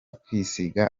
kwisiga